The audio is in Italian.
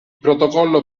protocollo